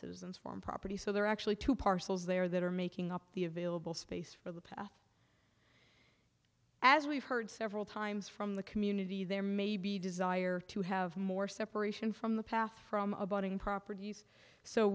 citizens farm property so there are actually two parcels there that are making up the available space for the path as we've heard several times from the community there may be desire to have more separation from the path from a bonding properties so